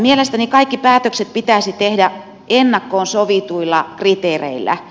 mielestäni kaikki päätökset pitäisi tehdä ennakkoon sovituilla kriteereillä